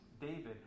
David